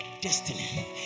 destiny